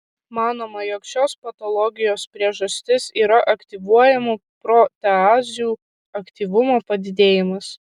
manoma jog šios patologijos priežastis yra aktyvuojamų proteazių aktyvumo padidėjimas